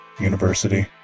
university